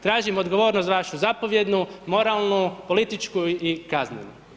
Tražim odgovornost vašu zapovjednu, moralnu, političku i kaznenu.